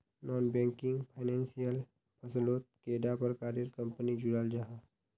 Non banking financial फसलोत कैडा प्रकारेर कंपनी जुराल जाहा?